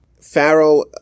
Pharaoh